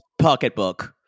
pocketbook